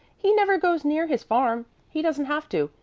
he never goes near his farm. he doesn't have to.